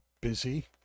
busy